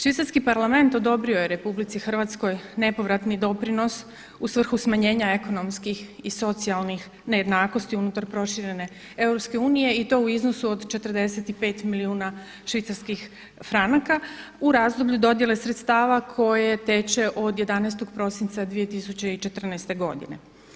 Švicarski parlament odobrio je RH nepovratni doprinos u svrhu smanjenja ekonomskih i socijalnih nejednakosti unutar proširene EU i to u iznosu od 45 milijuna švicarskih franaka u razdoblju dodjele sredstava koje teče od 11 prosinca 2014. godine.